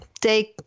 take